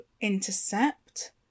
intercept